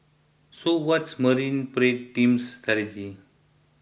so what's Marine Parade team's strategy